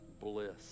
bliss